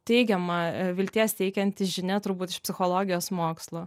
teigiama vilties teikianti žinia turbūt iš psichologijos mokslo